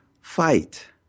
Fight